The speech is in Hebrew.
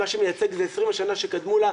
מה שמייצג זה 20 השנים שקדמו לה,